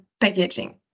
packaging